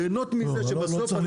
ליהנות מזה שבסוף אנחנו --- לא,